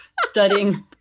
studying